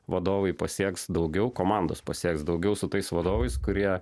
vadovai pasieks daugiau komandos pasieks daugiau su tais vadovais kurie